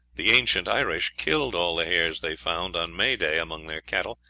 the ancient irish killed all the hares they found on may-day among their cattle,